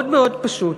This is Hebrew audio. מאוד מאוד פשוט,